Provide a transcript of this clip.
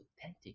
authentic